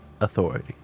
authority